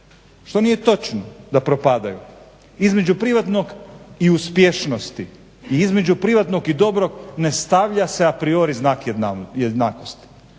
što nije točno da propadaju. Između privatnog i uspješnosti i između privatnog i dobrog ne stavlja se a priori znak jednakosti.